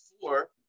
four